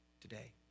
today